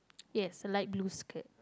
yes a light blue skirt